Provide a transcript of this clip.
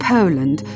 Poland